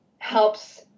helps